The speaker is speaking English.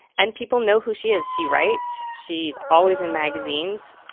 and people know who she is. she writes she's always in magazines.